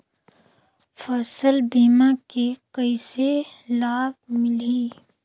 फसल बीमा के कइसे लाभ मिलही?